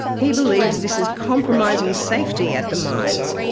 he believes this is compromising safety at the mines,